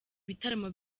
bitaramo